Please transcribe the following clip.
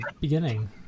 beginning